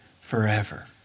forever